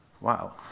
Wow